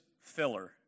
filler